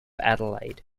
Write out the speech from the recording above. adelaide